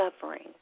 suffering